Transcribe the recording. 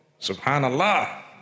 Subhanallah